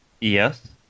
Yes